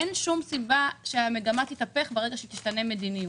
אין שום סיבה שהמגמה תתהפך כאשר תשתנה מדיניות.